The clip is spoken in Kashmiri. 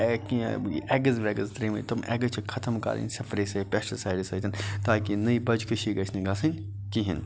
اےٚ کینٛہہ ایٚگٕز ویٚگٕز ترٲیمٕتۍ ایٚگٕز چھِ ختم کَرٕنۍ سپرے سۭتۍ پیٚسٹِسایڈٕس سۭتۍ تاکہِ نٔے بَچہِ کشی گَژھنہٕ گَژھٕنۍ کہیٖنۍ